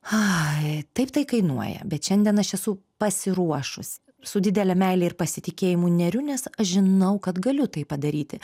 a taip tai kainuoja bet šiandien aš esu pasiruošus su didele meile ir pasitikėjimu neriu nes aš žinau kad galiu tai padaryti